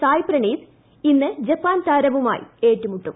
സായ് പ്രണീത് ഇന്ന് ജപ്പാൻ താരവുമായി ഏറ്റുമുട്ടും